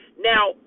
Now